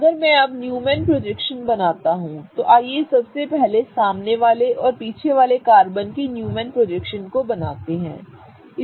अगर मैं अब न्यूमैन प्रोजेक्शन बनाता हूं तो आइए सबसे पहले सामने वाले और पीछे वाले कार्बन के न्यूमैन प्रोजेक्शन को बनाते हैं